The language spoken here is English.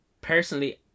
Personally